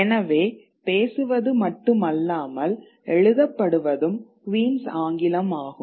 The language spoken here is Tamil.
எனவே பேசுவது மட்டுமல்லாமல் எழுதப்படுவதும் குயின்ஸ் ஆங்கிலம் ஆகும்